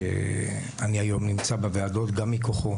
שאני היום נמצא בוועדות גם מכוחו.